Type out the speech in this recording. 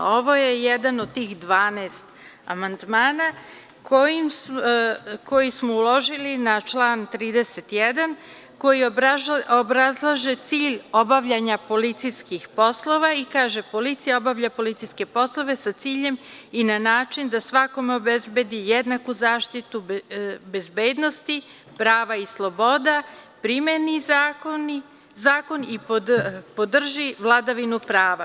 Ovo je jedan od tih 12 amandmana koji smo uložili na član 31. koji obrazlaže cilj obavljanja policijskih poslova i kaže – policija obavlja policijske poslove sa ciljem i na način da svakome obezbedi jednaku zaštitu, bezbednosti, prava i sloboda, primeni zakon i podrži vladavinu prava.